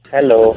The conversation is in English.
Hello